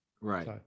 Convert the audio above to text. Right